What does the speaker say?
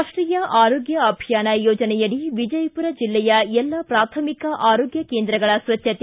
ರಾಷ್ಟೀಯ ಆರೋಗ್ಟ ಅಭಿಯಾನ ಯೋಜನೆಯಡಿ ವಿಜಯಪುರ ಜಿಲ್ಲೆಯ ಎಲ್ಲ ಪ್ರಾಥಮಿಕ ಆರೋಗ್ಟ ಕೇಂದ್ರಗಳ ಸ್ವಚ್ಛತೆ